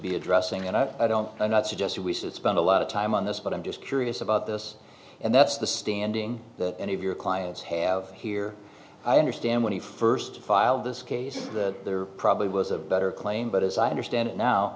be addressing and i don't i'm not suggesting we should spend a lot of time on this but i'm just curious about this and that's the standing that any of your clients have here i understand when he first filed this case that there probably was a better claim but as i understand it now